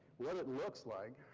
what it looks like,